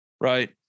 right